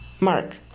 Mark